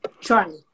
charlie